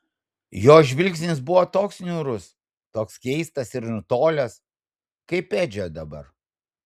jo žvilgsnis buvo toks niūrus toks keistas ir nutolęs kaip edžio dabar